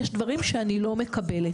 יש דברים שאני לא מקבלת.